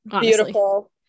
beautiful